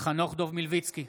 חנוך דב מלביצקי,